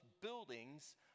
buildings